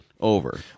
over